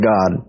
God